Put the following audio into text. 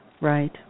right